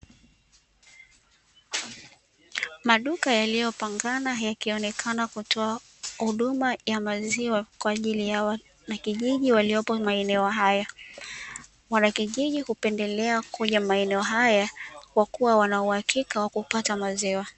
Maduka yaliyopangana, yakionekana kutoa huduma ya maziwa kwa ajili ya wanakijiji waliopo maeneo haya, wanakijiji hupendelea kuja maeneo haya kwa kuwa wana uhakika wa kupata maziwa.